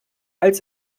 als